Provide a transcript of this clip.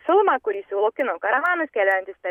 filmą kurį siūlo kino karavanas keliaujantis per